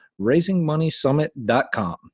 raisingmoneysummit.com